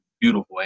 beautiful